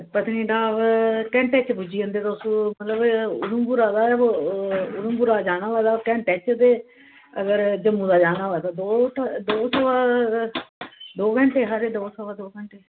ते पत्नीटॉप घैंटे इक्क च पुज्जी जंदे अस उधमपुरा उधमपुरा जाना होऐ ते घैंटे च अगर जम्मू दा जाना होऐ दौ दौ सवा दौ घैंटे